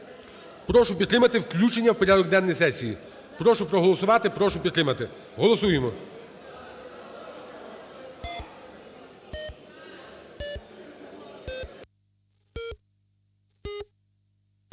Прошу підтримати включення в порядок денний сесії. Прошу проголосувати і прошу підтримати. Голосуємо.